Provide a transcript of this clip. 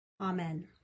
Amen